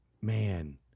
Man